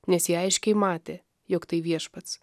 nes jie aiškiai matė jog tai viešpats